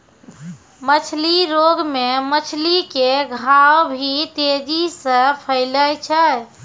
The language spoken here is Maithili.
मछली रोग मे मछली के घाव भी तेजी से फैलै छै